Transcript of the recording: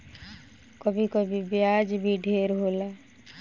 कभी कभी ब्याज भी ढेर होला